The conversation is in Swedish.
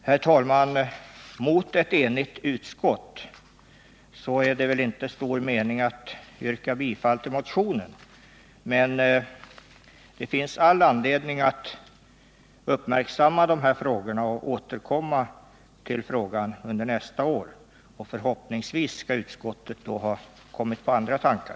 Herr talman! Mot ett enigt utskott är det väl inte stor mening att yrka bifall till motionen. Men det finns all anledning att uppmärksamma den här frågan och återkomma till den under nästa år. Förhoppningsvis har utskottet då kommit på andra tankar.